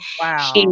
Wow